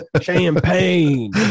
Champagne